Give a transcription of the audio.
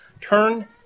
Turn